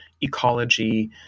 ecology